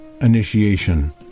initiation